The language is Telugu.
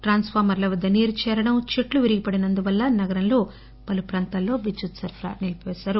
ట్రాన్స్ ఫార్మర్ల వద్దరు నీరు చేరడం చెట్లు విరిగిపడినందున నగరంలో పలు ప్రాంతంలో విద్యుత్ సరఫరా నిలిపిపేశారు